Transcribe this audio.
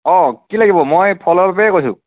অ কি লাগিব মই ফলৰ বেপাৰীয়ে কৈছোঁ